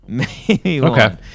Okay